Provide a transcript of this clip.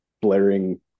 blaring